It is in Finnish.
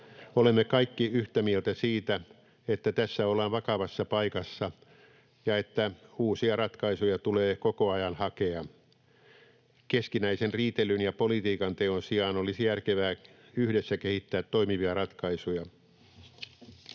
Olemme kaikki yhtä mieltä siitä, että tässä ollaan vakavassa paikassa ja että uusia ratkaisuja tulee koko ajan hakea. Keskinäisen riitelyn ja politiikanteon sijaan olisi järkevää yhdessä kehittää toimivia ratkaisuja.